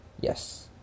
yes